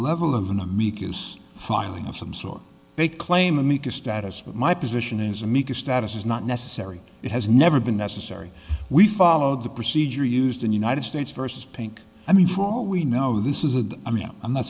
level of an amicus filing of some sort they claim amicus status but my position is amicus status is not necessary it has never been necessary we followed the procedure used in united states versus pink i mean for all we know this is a i mean i'm not